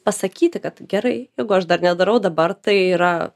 pasakyti kad gerai jeigu aš dar nedarau dabar tai yra